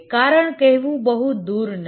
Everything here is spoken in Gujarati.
કારણ કહેવું બહુ દૂર નથી